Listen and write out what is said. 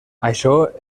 això